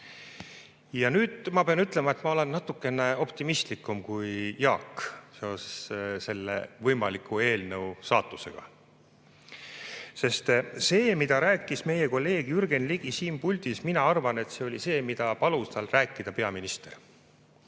Nüüd ma pean ütlema, et ma olen natukene optimistlikum kui Jaak seoses selle võimaliku eelnõu saatusega. Sest see, mida rääkis meie kolleeg Jürgen Ligi siin puldis, mina arvan, et see oli see, mida palus tal rääkida peaminister.